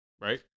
Right